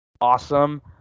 awesome